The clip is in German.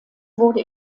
wurde